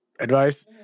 advice